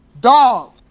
dog